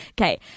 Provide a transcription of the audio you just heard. Okay